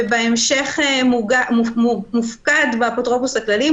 ובהמשך מופקד באפוטרופוס הכללי,